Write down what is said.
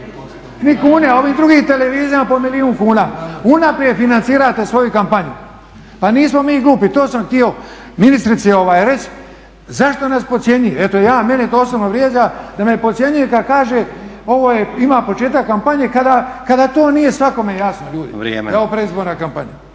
ni kune, a ovim drugim televizijama po milijun kuna. Unaprijed financirate svoju kampanju. Pa nismo mi glupi. To sam htio ministrici reći, zašto nas podcjenjuje? Mene osobno vrijeđa da me podcjenjuje kada kaže ima početak kampanje kada to nije svakome jasno ljudi, da je ovo predizborna kampanja.